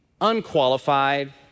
unqualified